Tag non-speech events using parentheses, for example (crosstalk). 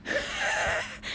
(laughs)